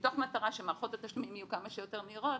ומתוך מטרה שהמערכות התשלום יהיו כמה שיותר מהירות,